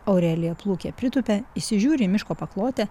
aurelija plūkė pritupia įsižiūri į miško paklotę